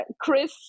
chris